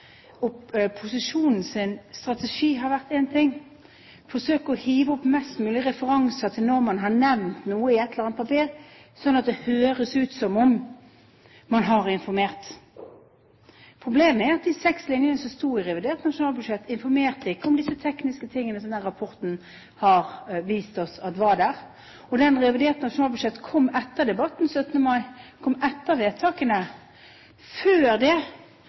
opp mest mulig referanser til når man har nevnt noe i et eller annet papir, slik at det høres ut som om man har informert. Problemet er at de seks linjene som sto i revidert nasjonalbudsjett, ikke informerte om disse tekniske tingene som denne rapporten har vist oss at var der, og at det reviderte nasjonalbudsjettet kom etter debatten 7. mai, kom etter vedtakene. Før det